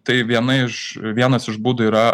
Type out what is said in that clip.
tai viena iš vienas iš būdų yra